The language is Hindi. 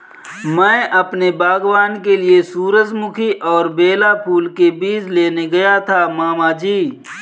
मैं अपने बागबान के लिए सूरजमुखी और बेला फूल के बीज लेने गया था मामा जी